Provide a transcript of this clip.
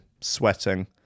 sweating